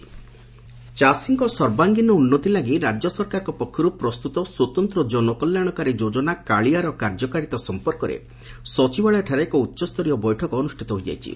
କାଳିଆ ଯୋଜନା ବୈଠକ ଚାଷୀଙ୍କ ସର୍ବାଙ୍ଗୀନ ଉନ୍ନତି ଲାଗି ରାଜ୍ୟସରକାରଙ୍କ ପକ୍ଷରୁ ପ୍ରସ୍ତୁତ ସ୍ୱତନ୍ତ ଜନକଲ୍ୟାଶକାରୀ ଯୋଜନା 'କାଳିଆ'ର କାର୍ଯ୍ୟକାରୀତା ସମ୍ପର୍କରେ ସଚିବାଳୟଠାରେ ଏକ ଉଚ୍ଚସ୍ତରୀୟ ବୈଠକ ଅନୁଷ୍ଠିତ ହୋଇଯାଇଛି